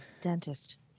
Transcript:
Dentist